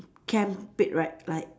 can't pick right like